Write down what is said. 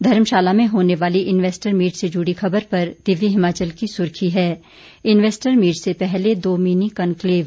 धर्मशाला में होने वाले इन्वेस्टर मीट से जुड़ी खबर पर दिव्य हिमाचल की सुर्खी है इन्वेस्टर मीटर से पहले दो मिनी कनक्लेव